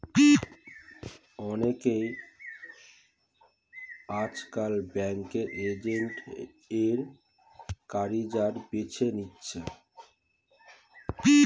অনেকে আজকাল banking agent এর ক্যারিয়ার বেছে নিচ্ছে